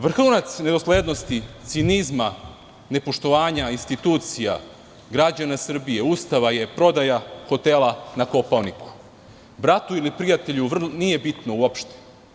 Vrhunac nedoslednosti cinizma, nepoštovanja institucija, građana Srbije, Ustava, je prodaja hotela na Kopaoniku, bratu ili prijatelju, nije bitno uopšte.